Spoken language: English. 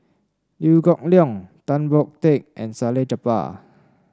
Liew Geok Leong Tan Boon Teik and Salleh Japar